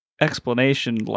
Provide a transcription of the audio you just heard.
explanation